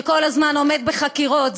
שכל הזמן עומד בחקירות.